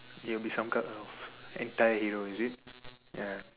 you'll be some kind of anti hero is it ya